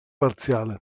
parziale